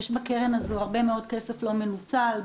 יש בקרן הרבה כסף לא מנוצל,